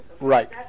Right